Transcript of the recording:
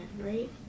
right